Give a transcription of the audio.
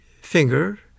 finger